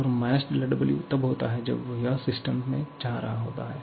W तब होता है जब यह सिस्टम में जा रहा होता है